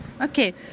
Okay